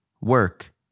work